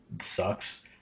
sucks